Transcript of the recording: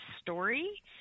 story